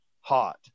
hot